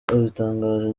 abitangaje